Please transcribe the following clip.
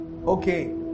Okay